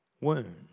wound